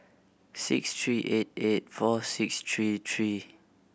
six three eight eight four six three three